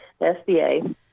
SBA